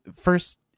first